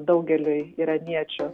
daugeliui iraniečių